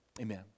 Amen